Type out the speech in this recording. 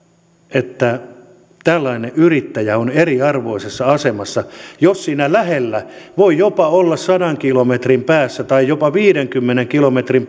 että tällainen yrittäjä on eriarvoisessa asemassa jos siinä lähellä voi olla jopa sadan kilometrin päässä tai jopa viidenkymmenen kilometrin